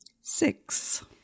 Six